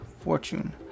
fortune